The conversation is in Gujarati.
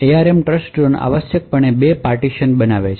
એઆરએમ ટ્રસ્ટઝોન આવશ્યકપણે બે પાર્ટીશનો બનાવે છે